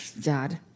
Dad